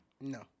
No